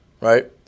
right